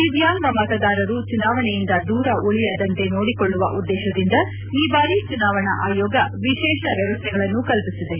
ದಿವ್ಹಾಂಗ ಮತದಾರರು ಚುನಾವಣೆಯಿಂದ ದೂರ ಉಳಿಯದಂತೆ ನೋಡಿಕೊಳ್ಳುವ ಉದ್ದೇಶದಿಂದ ಈ ಬಾರಿ ಚುನಾವಣಾ ಆಯೋಗ ವಿಶೇಷ ವ್ಯವಸ್ಥೆಗಳನ್ನು ಕಲ್ಲಿಸಿದೆ